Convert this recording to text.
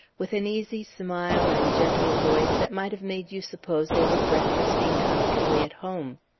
with an easy smile and gentle voice that might have made you suppose they were breakfasting comfortably at home.